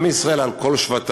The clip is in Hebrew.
עם ישראל, על כל שבטיו,